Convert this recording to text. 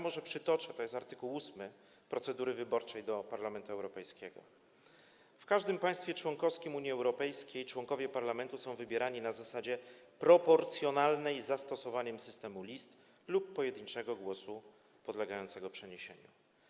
Może przytoczę, to jest artykuł procedury wyborczej do Parlamentu Europejskiego: W każdym państwie członkowskim Unii Europejskiej członkowie Parlamentu są wybierani na zasadzie proporcjonalnej z zastosowaniem systemu list lub pojedynczego głosu podlegającego przeniesieniu.